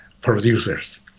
producers